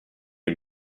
and